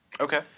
Okay